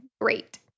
Great